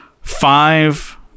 five